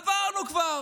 עברנו כבר,